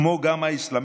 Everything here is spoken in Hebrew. כמו גם האסלאמיסטים,